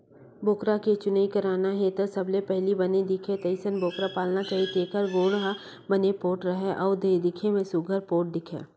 बोकरा के चुनई करना हे त सबले पहिली बने दिखय तइसन बोकरा पालना चाही जेखर गोड़ ह बने पोठ राहय अउ दिखे म सुग्घर पोठ दिखय